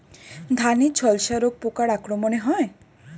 ধানের ঝলসা রোগ পোকার আক্রমণে হয়?